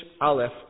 aleph